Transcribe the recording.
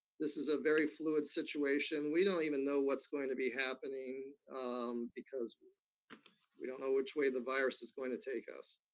this is a very fluid situation. we don't even know what's going to be happening because we we don't know which way the virus is going to take us.